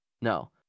No